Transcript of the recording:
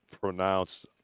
pronounced